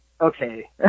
okay